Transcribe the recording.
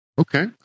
Okay